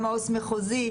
גם העו"ס מחוזי.